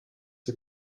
für